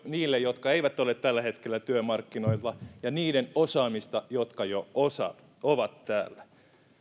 niille jotka eivät ole tällä hetkellä työmarkkinoilla ja niiden osaamista jotka jo ovat täällä